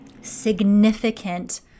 significant